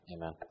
amen